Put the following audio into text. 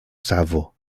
savo